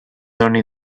only